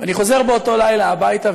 ואני חוזר באותו לילה הביתה,